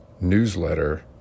newsletter